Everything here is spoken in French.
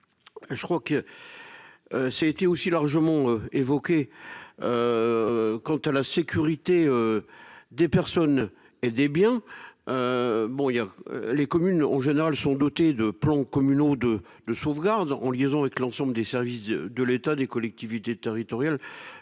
Je crois que. Ça a été aussi largement évoqué. Quant à la sécurité. Des personnes et des biens. Bon il y a les communes en général sont dotés de plans communaux de de sauvegarde en liaison avec l'ensemble des services de l'État, des collectivités territoriales